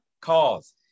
calls